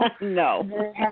No